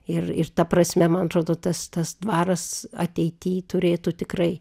ir ir ta prasme man atrodo tas tas dvaras ateity turėtų tikrai